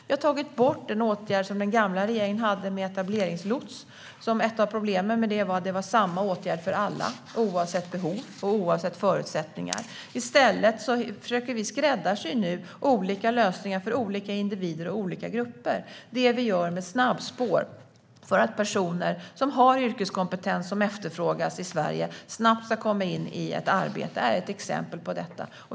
Vi har tagit bort den åtgärd som den gamla regeringen hade med etableringslots. Ett av problemen med det var att det var samma åtgärd för alla oavsett behov och oavsett förutsättningar. I stället försöker vi nu skräddarsy olika lösningar för olika individer och olika grupper. Det gör vi med snabbspår för att personer som har yrkeskompetens som efterfrågas i Sverige snabbt ska komma in i ett arbete. Det är ett exempel på detta.